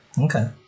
Okay